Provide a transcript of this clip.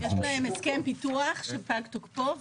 יש להם הסכם פיתוח שפג תוקפו,